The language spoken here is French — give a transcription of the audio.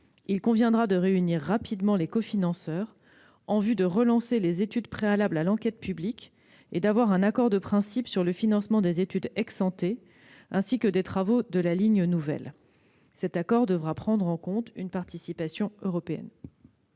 Il conviendra de réunir rapidement les cofinanceurs en vue de relancer les études préalables à l'enquête publique et d'avoir un accord de principe sur le financement des études ainsi que sur les travaux de la ligne nouvelle. Cet accord devra prendre en compte une participation européenne.